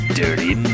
dirty